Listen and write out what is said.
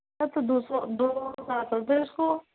اچھا دو سو دو ہزار کر دو اِس کو